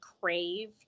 crave